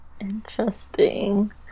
Interesting